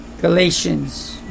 Galatians